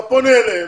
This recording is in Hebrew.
אתה פונה אליהם,